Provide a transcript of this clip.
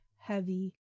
heavy